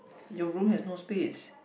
your room has no space